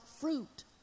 fruit